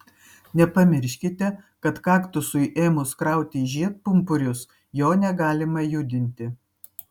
nepamirškite kad kaktusui ėmus krauti žiedpumpurius jo negalima judinti